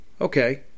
Okay